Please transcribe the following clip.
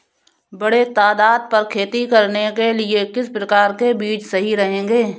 बड़े तादाद पर खेती करने के लिए किस प्रकार के बीज सही रहेंगे?